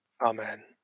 Amen